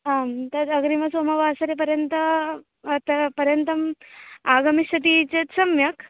आं तदग्रिमसोमवासरे पर्यन्तं तत् पर्यन्तम् आगमिष्यति चेत् सम्यक्